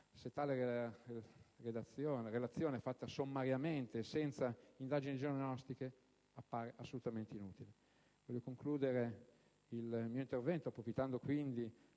se tale relazione è fatta sommariamente e senza indagini geognostiche appare assolutamente inutile. Vorrei concludere il mio intervento invitando